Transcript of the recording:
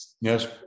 Yes